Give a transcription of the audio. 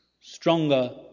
stronger